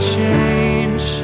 change